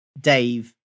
Dave